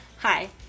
Hi